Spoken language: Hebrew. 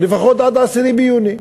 לפחות עד 10 ביוני.